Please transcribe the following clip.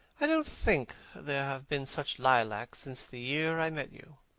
i don't think there have been such lilacs since the year i met you.